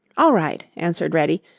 all right, answered reddy.